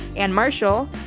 anne marshall,